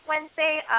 Wednesday